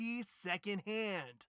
Secondhand